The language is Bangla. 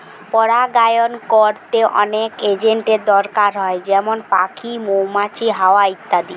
পরাগায়ন কোরতে অনেক এজেন্টের দোরকার হয় যেমন পাখি, মৌমাছি, হাওয়া ইত্যাদি